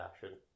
fashion